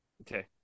Okay